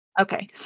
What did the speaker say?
Okay